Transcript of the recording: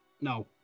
no